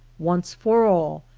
once for all,